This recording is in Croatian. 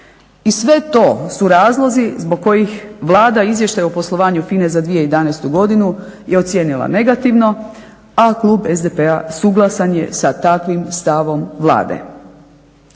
I sve to su razlozi zbog kojih Vlada izvještaj o poslovanju FINA-e za 2011. godinu je ocijenila negativno, a klub SDP-a suglasan je sa takvim stavom Vlade.